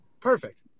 Perfect